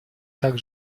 так